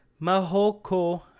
Mahoko